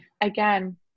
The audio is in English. again